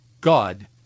God